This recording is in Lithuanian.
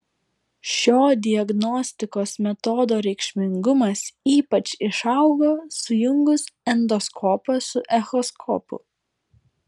šio diagnostikos metodo reikšmingumas ypač išaugo sujungus endoskopą su echoskopu